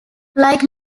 like